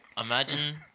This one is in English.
imagine